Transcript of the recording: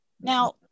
Now